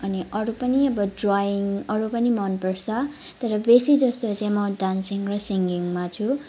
अनि अरू पनि ड्रइङ अरू पनि मनपर्छ तर बेसी जस्तो चाहिँ म डान्सिङ र सिङ्गिङमा छु